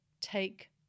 take